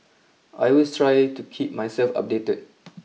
I always try to keep myself updated